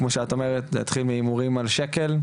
כמו שאת אומרת זה התחיל מהימורים על שקל,